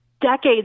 decades